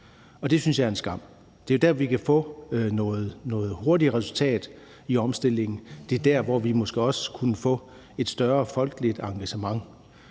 Det synes jeg er en skam. Det er jo der, vi kan skabe nogle hurtigere resultater i omstillingen. Det er der, hvor vi måske også kunne få et større folkeligt engagement.